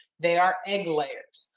they are egg layers.